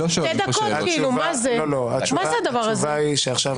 מה זה הדבר הזה?